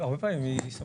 הרבה פעמים כן.